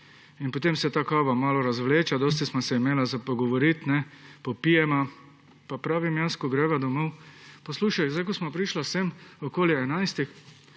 Potem se ta kava malo razvleče, dosti sva se imela za pogovoriti, popijeva, pa pravim jaz, ko greva domov, poslušaj, ko sva prišla sem okoli